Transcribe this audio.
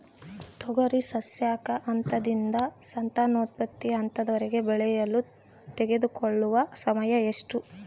ತೊಗರಿ ಸಸ್ಯಕ ಹಂತದಿಂದ ಸಂತಾನೋತ್ಪತ್ತಿ ಹಂತದವರೆಗೆ ಬೆಳೆಯಲು ತೆಗೆದುಕೊಳ್ಳುವ ಸಮಯ ಎಷ್ಟು?